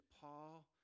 Paul